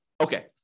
Okay